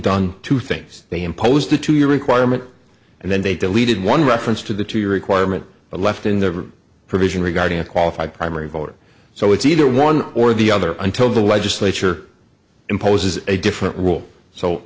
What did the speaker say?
done two things they imposed a two year requirement and then they deleted one reference to the to your requirement but left in the provision regarding a qualified primary vote so it's either one or the other until the legislature imposes a different rule so